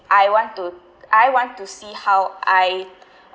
I want to I want to see how I